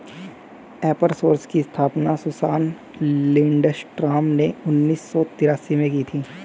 एपर सोर्स की स्थापना सुसान लिंडस्ट्रॉम ने उन्नीस सौ तेरासी में की थी